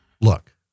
look